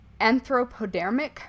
anthropodermic